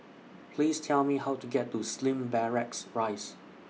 Please Tell Me How to get to Slim Barracks Rise